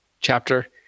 chapter